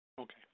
Okay